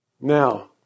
Now